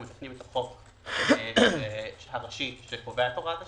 אנחנו מתקנים את החוק הראשי שקובע את הוראת השעה.